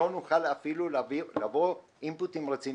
שלא נוכל אפילו להביא אינפוטים רציניים,